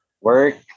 work